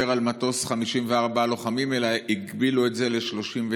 על מטוס 54 לוחמים אלא הגבילו את זה ל-37.